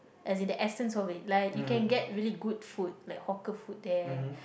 as in the essense of it like you can get really good food like hawker food there